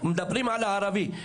מדברים על הערבי.